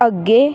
ਅੱਗੇ